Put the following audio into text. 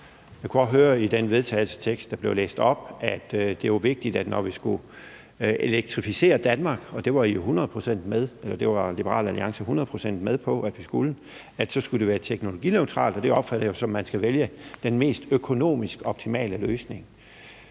Jeg kunne også høre i den vedtagelsestekst, der blev læst op, at det var vigtigt, at når vi skulle elektrificere Danmark – og det var Liberal Alliance hundrede procent med på at vi skulle – skulle det være teknologineutralt. Det opfatter jeg, som om man skal vælge den mest økonomisk optimale løsning.